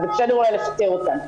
אז זה בסדר אולי לפטר אותם.